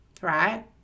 Right